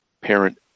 parent